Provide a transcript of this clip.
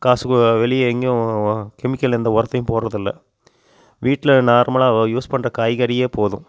காசு ஓ வெளியே எங்கேயும் கெமிக்கல் எந்த உரத்தையும் போடுறதில்ல வீட்டில் நார்மலாக யூஸ் பண்ணுற காய்கறியே போதும்